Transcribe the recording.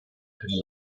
aprì